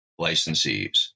licensees